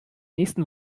nächsten